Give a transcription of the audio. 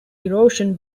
erosion